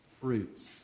fruits